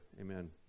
Amen